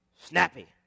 snappy